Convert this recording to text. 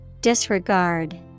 Disregard